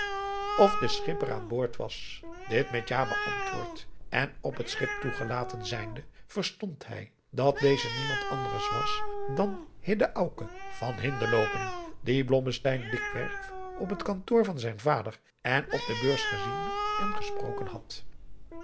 of de schipper aan boord was dit met ja beantwoord en op het schip toegelaten zijnde verstond hij dat deze niemand anders was dan hidde auke van hindelopen dien blommesteyn dikwerf op het kantoor van zijn vader en op de beurs gezien en gesproken had